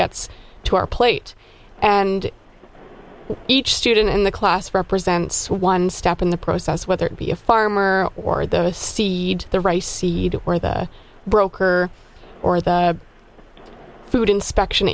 gets to our plates and each student in the class represents one step in the process whether it be a farmer or the seed the rice seed or the broker or the food inspection